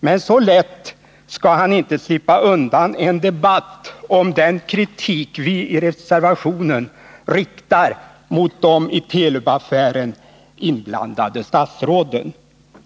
Men så lätt skall han inte slippa undan en debatt om den kritik vi i reservationen riktar mot de i Telub-affären inblandade statsråden.